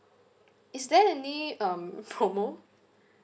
is there any um promo